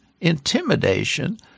intimidation